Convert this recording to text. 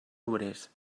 obrers